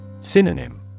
Synonym